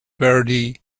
verdi